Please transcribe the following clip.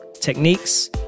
techniques